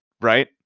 Right